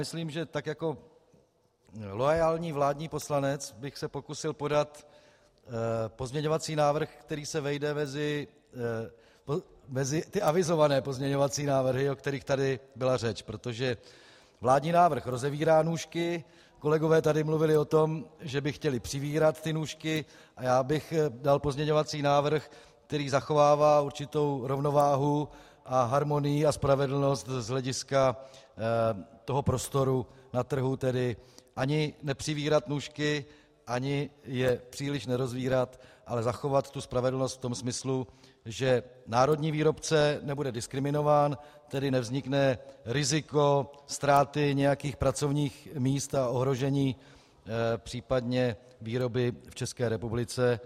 Myslím, že jako loajální vládní poslanec bych se pokusil podat pozměňovací návrh, který se vejde mezi ty avizované pozměňovací návrhy, o kterých tu byla řeč, protože vládní návrh rozevírá nůžky kolegové tu mluvili o tom, že by chtěli přivírat nůžky, tak já bych dal pozměňovací návrh, který zachovává určitou rovnováhu a harmonii a spravedlnost z hlediska prostoru na trhu, tedy ani nepřivírat nůžky ani je příliš nerozevírat, ale zachovat spravedlnost v tom smyslu, že národní výrobce nebude diskriminován, tedy nevznikne riziko ztráty nějakých pracovních míst a ohrožení případně výroby v České republice.